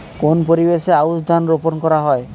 কোন পরিবেশে আউশ ধান রোপন করা হয়?